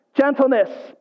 gentleness